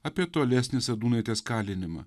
apie tolesnį sadūnaitės kalinimą